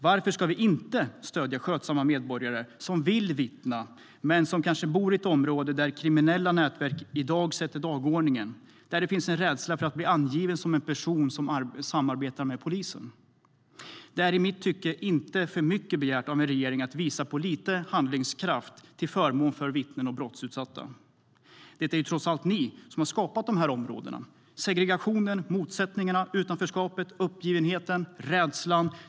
Varför ska vi inte stödja skötsamma medborgare som vill vittna men som kanske bor i ett område där kriminella nätverk i dag sätter dagordningen och där det finns en rädsla för att bli angiven som en person som samarbetar med polisen? Det är i mitt tycke inte för mycket begärt av en regering att visa på lite handlingskraft till förmån för vittnen och brottsutsatta. Det är trots allt ni som har skapat dessa områden, med segregationen, motsättningarna, utanförskapet, uppgivenheten och rädslan.